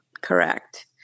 Correct